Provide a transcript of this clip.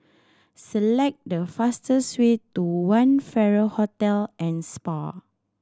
select the fastest way to One Farrer Hotel and Spa